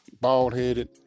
bald-headed